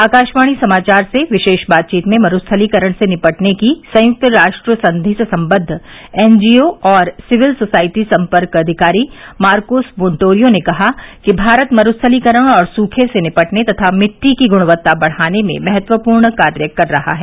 आकशवाणी समाचार से विशेष बातचीत में मरुस्थलीकरण से निपटने की संयुक्त राष्ट्र संघि से संबद्व एनजीओ और सिविल सोसाइटी सम्पर्क अधिकारी मार्कोस मोन्टोरियो ने कहा कि भारत मरुस्थलीकरण और सूर्खे से निंटने तथा मिद्दी की गुणवत्ता बढ़ाने में महत्वपूर्ण कार्य कर रहा है